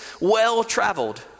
well-traveled